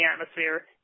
atmosphere